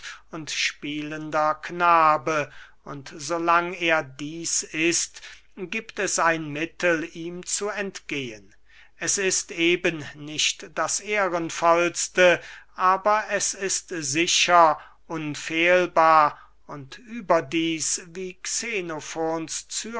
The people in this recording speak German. und spielender knabe und so lange er dieß ist giebt es ein mittel ihm zu entgehen es ist eben nicht das ehrenvollste aber es ist sicher unfehlbar und überdieß wie